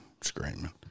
screaming